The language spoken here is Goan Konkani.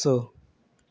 स